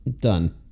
Done